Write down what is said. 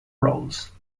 roles